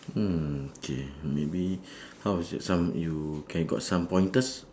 mm K maybe how is it some you can got some pointers